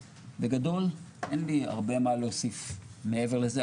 בגדול, אין לי הרבה מה להוסיף מעבר לזה.